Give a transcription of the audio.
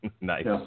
Nice